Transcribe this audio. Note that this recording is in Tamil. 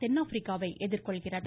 தென்னாப்பிரிக்காவை எதிர்கொள்கிறது